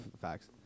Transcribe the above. Facts